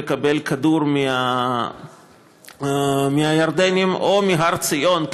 לקבל כדור מהירדנים או מהר ציון.